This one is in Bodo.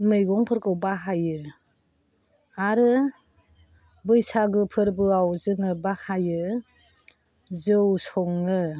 मैगंफोरखौ बाहायो आरो बैसागु फोरबोयाव जोङो बाहायो जौ सङो